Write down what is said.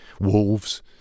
Wolves